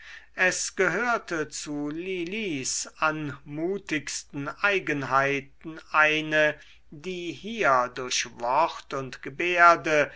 es gehörte zu lilis anmutigsten eigenheiten eine die hier durch wort und gebärde